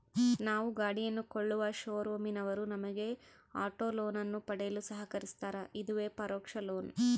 ನಾವು ಗಾಡಿಯನ್ನು ಕೊಳ್ಳುವ ಶೋರೂಮಿನವರು ನಮಗೆ ಆಟೋ ಲೋನನ್ನು ಪಡೆಯಲು ಸಹಕರಿಸ್ತಾರ, ಇದುವೇ ಪರೋಕ್ಷ ಲೋನ್